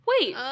Wait